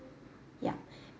ya